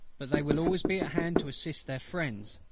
but they will always be at hand to assist their friends.